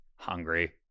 hungry